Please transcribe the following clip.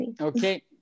okay